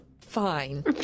fine